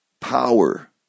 power